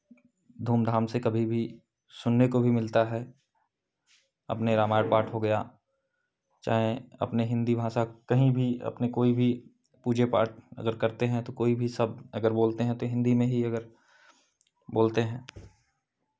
धूमधाम से कभी भी सुनने को भी मिलता है अपने रामायण पाठ हो गया चाहे अपने हिन्दी भाषा कहीं भी अपने कोई भी पूजे पाठ अगर करते हैं तो कोई भी सब अगर बोलते हैं तो हिन्दी में ही अगर बोलते हैं